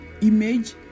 image